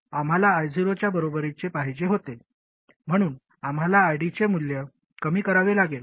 आम्हाला I0 च्या बरोबरीचे पाहिजे होते म्हणून आम्हाला ID चे मूल्य कमी करावे लागेल